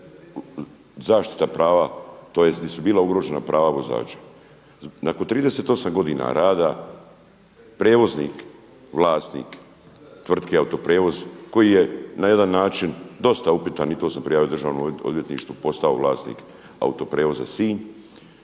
zaštite prava tj. gdje su bila ugrožena prava vozača. Nakon 38 godina rada, prijevoznik, vlasnik tvrtke Autoprijevoz koji je na jedan način dosta upitan i to sam prijavio državnom odvjetništvu postao vlasnik Autoprijevoza Sinj,